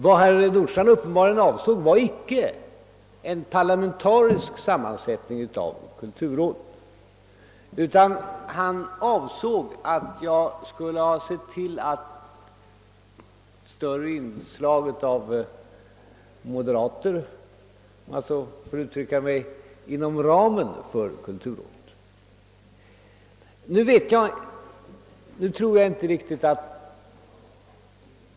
Vad herr Nordstrandh uppenbarligen avsåg var icke en parlamentarisk sammansättning av kulturrådet, utan att jag borde ha sett till att det blivit ett större inslag av moderater — om jag så får uttrycka mig — i kulturrådet.